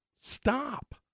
Stop